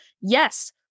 yes